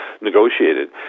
negotiated